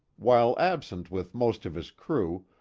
while absent with most of his crew,